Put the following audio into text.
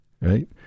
right